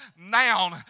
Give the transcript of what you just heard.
noun